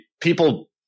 people